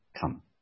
come